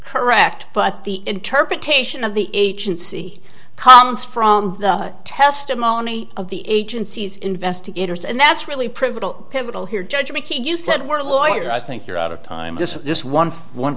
correct but the interpretation of the agency comments from the testimony of the agency's investigators and that's really provable pivotal here judge mckee you said we're lawyer i think you're out of time just this one one